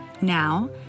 now